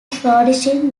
flourishing